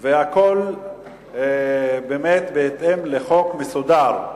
והכול באמת בהתאם לחוק מסודר,